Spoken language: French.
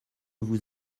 vous